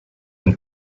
been